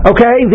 Okay